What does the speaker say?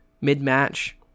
mid-match